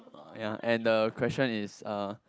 ya and the question is uh